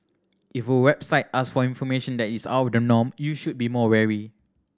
if a website ask for information that is out the norm you should be more wary